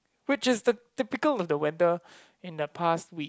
which is the typical of the weather in the past week